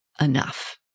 enough